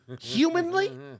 humanly